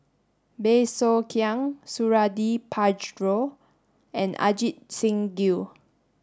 Bey Soo Khiang Suradi Parjo and Ajit Singh Gill